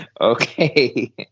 Okay